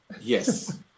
Yes